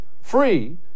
free